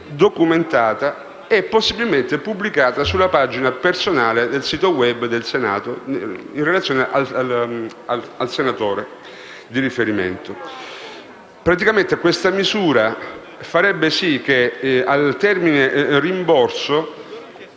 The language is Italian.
documentata e, possibilmente, pubblicata sulla pagina personale del sito *web* del Senato in relazione al senatore di riferimento. Questa misura farebbe sì che al termine «rimborso»